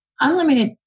unlimited